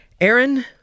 Aaron